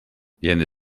viene